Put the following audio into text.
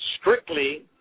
Strictly